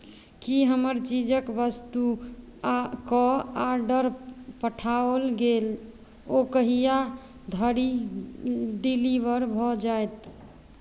की हमर चीजक वस्तु आ कऽ ऑर्डर पठाओल गेल ओ कहिआ धरि डिलीवर भऽ जायत